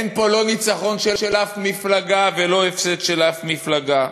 אין פה לא ניצחון של אף מפלגה ולא הפסד של אף מפלגה,